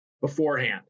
beforehand